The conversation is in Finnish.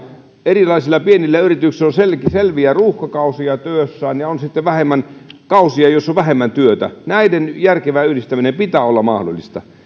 erilaisilla pienillä yrityksillä on selviä ruuhkakausia työssään ja on sitten kausia joina on vähemmän työtä näiden järkevän yhdistämisen pitää olla mahdollista